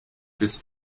bist